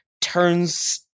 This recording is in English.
turns